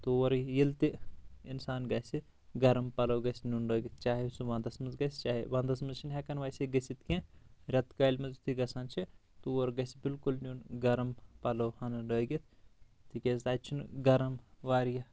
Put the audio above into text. تور ییٚلہِ تہِ انسان گژھِ گرم پلو گژھِ نِیُن لٲگِتھ چاہے سُہ ونٛدس منٛز گژھِ چاہے ونٛدس منٛز چھِنہٕ ہٮ۪کان ویسے گژھِتھ کینٛہہ رٮ۪تہِ کالہِ منٛز تہِ گژھان چھِ تور گژھِ بالکُل نِیُن گرم پلو ہانہٕ لٲگِتھ تِکیٛازِ تتہِ چھُنہٕ گرم واریاہ